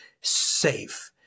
Safe